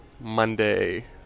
Monday